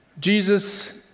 Jesus